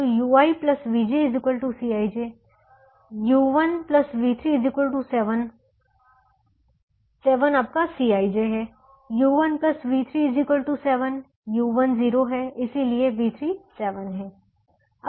तो ui vj Cij u1 v3 7 7 आपका Cij है u1 v3 7 u1 0 है इसलिए v3 7 है